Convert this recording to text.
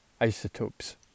isotopes